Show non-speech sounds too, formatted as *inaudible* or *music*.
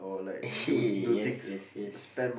eh *breath* yes yes yes